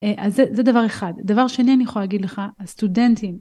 אז זה דבר אחד. דבר שני אני יכולה להגיד לך הסטודנטים.